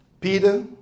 Peter